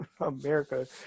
America